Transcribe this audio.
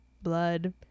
Blood